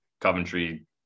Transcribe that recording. Coventry